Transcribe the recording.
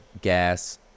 gas